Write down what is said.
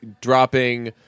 dropping